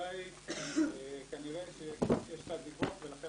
שהסיבה היא כנראה שיש תת-דיווח ולכן